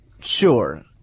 Sure